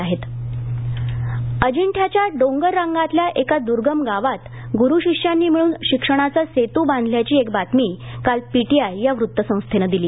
शाळेसाठी पल इंटो अजिठ्याच्या डोंगररांगातल्या एका दूर्गम गावात गुरू शिष्यांनी मिळून शिक्षणाचा सेतू बांधल्याची एक बातमी काल पीटीआय या वृत्तसंस्थेनं दिली